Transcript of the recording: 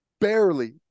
barely